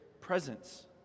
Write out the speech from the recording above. presence